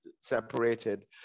separated